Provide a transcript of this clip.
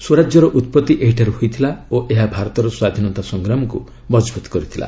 ସ୍ୱରାଜ୍ୟର ଉତ୍ପତ୍ତି ଏହିଠାରୁ ହୋଇଥିଲା ଓ ଏହା ଭାରତର ସ୍ୱାଧୀନତା ସଂଗ୍ରାମକୁ ମଜବୁତ କରିଥିଲା